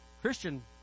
Christian